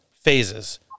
phases